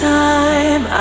time